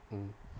mm